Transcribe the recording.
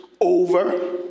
over